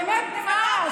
באמת נמאס.